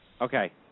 Okay